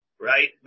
Right